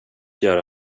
göra